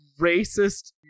racist